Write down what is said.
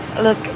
Look